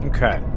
Okay